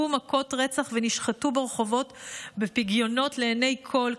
הוכו מכות רצח ונשחטו ברחובות בפגיונות לעיני כול,